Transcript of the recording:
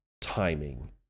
timing